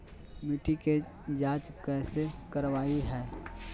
मिट्टी के जांच कैसे करावय है?